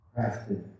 crafted